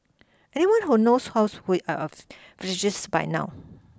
anyone who knows house we flirtatious by now